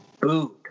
Booed